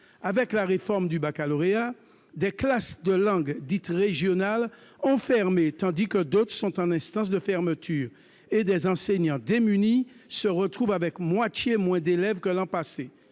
Avec la réforme du baccalauréat, des classes de langues dites régionales ont fermé, tandis que d'autres sont en instance de fermeture ; des enseignants, démunis, se retrouvent avec moitié moins d'élèves que l'an passé.